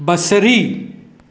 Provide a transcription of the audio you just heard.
बसरी